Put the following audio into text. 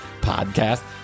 podcast